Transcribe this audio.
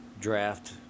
draft